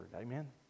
Amen